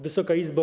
Wysoka Izbo!